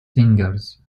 singers